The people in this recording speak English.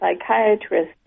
psychiatrist